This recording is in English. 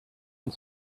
and